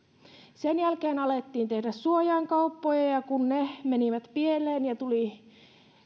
sen jälkeen alettiin tehdä suojainkauppoja ja ja kun ne menivät pieleen ja tuli